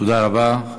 תודה רבה.